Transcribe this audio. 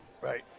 Right